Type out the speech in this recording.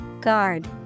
Guard